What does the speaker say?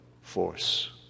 force